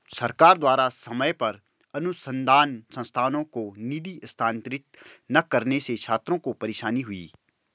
सरकार द्वारा समय पर अनुसन्धान संस्थानों को निधि स्थानांतरित न करने से छात्रों को परेशानी हुई